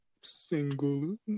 single